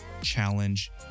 challenge